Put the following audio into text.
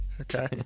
Okay